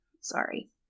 sorry